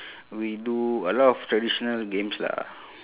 we do a lot of traditional games lah